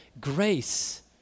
grace